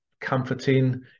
comforting